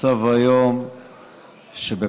המצב היום הוא שבפרגולות